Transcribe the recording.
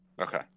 okay